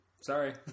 Sorry